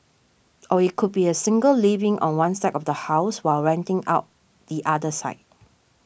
or it could be a single living on one side of the house while renting out the other side